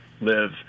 live